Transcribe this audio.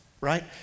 right